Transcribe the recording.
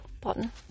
button